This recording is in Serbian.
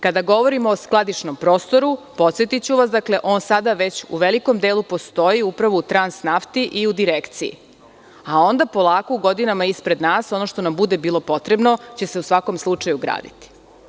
Kada govorimo o skladišnom prostoru, podsetiću vas, on sada već u velikom delu postoji upravo u „Transnafti“ i u Direkciji, a onda polako u godinama ispred nas ono što nam bude bilo potrebno će se u svakom slučaju graditi.